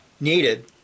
needed